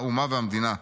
האומה והמדינה.